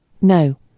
No